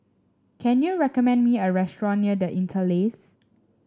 can you recommend me a restaurant near The Interlace